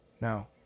No